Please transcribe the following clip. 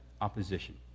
opposition